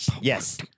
yes